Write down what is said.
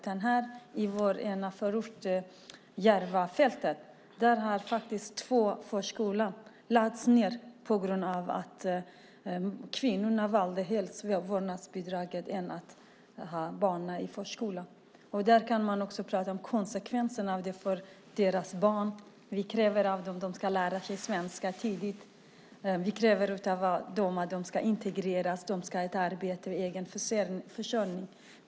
På Järvafältet har faktiskt två förskolor lagts ned på grund av att kvinnorna valde vårdnadsbidrag framför att ha barnen i förskola. Där kan man också prata om konsekvenserna för deras barn. Vi kräver ju att de ska lära sig svenska tidigt, integreras, ha ett arbete och egen försörjning.